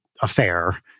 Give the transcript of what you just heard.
affair